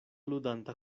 ludanta